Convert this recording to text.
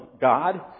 god